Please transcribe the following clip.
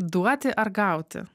duoti ar gauti